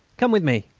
come with me,